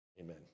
Amen